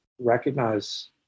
recognize